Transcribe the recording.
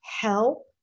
help